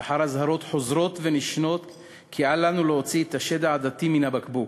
ואחר אזהרות חוזרות ונשנות כי אל לנו להוציא את השד העדתי מן הבקבוק,